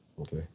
Okay